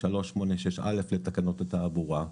386(א) לתקנות התעבורה.